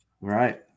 Right